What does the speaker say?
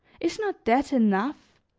is not that enough?